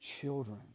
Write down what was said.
children